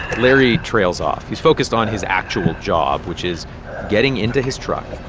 larry trails off. he's focused on his actual job, which is getting into his truck,